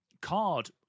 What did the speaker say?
card